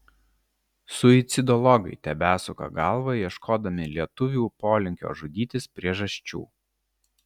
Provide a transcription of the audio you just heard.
suicidologai tebesuka galvą ieškodami lietuvių polinkio žudytis priežasčių